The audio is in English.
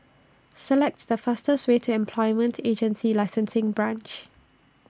Select The fastest Way to Employment Agency Licensing Branch